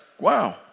wow